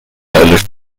erlischt